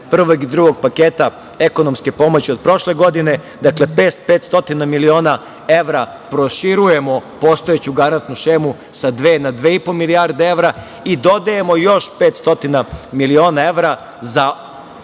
prvog i drugog paketa ekonomske pomoći od prošle godine, dakle 500 miliona evra, proširujemo postojeću garantnu šemu sa dve na 2,5 milijarde evra i dodajemo još 500 miliona evra, za